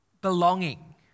belonging